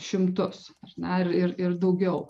šimtus na ir ir ir daugiau